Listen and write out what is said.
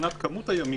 מבחינת מספר הימים,